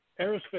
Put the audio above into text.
Aerospace